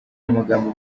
amagambo